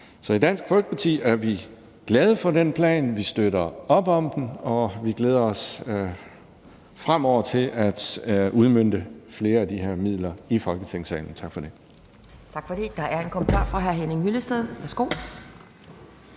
Så i Dansk Folkeparti er vi glade for den plan, vi støtter op om den, og vi glæder os til fremover at udmønte flere af de her midler i Folketingssalen. Tak for det.